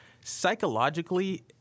psychologically